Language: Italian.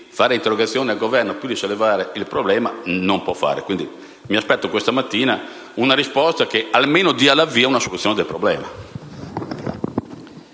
interrogazioni al Governo e di sollevare il problema, non può fare. Quindi, mi aspetto questa mattina una risposta che dia almeno l'avvio alla soluzione del problema.